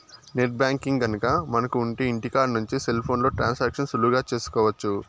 net banking గనక మనకు ఉంటె ఇంటికాడ నుంచి సెల్ ఫోన్లో ట్రాన్సాక్షన్స్ సులువుగా చేసుకోవచ్చు